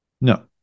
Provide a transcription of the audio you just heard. No